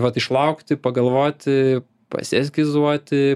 vat išlaukti pagalvoti pasieskizuoti